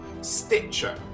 Stitcher